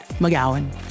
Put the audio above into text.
McGowan